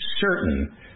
certain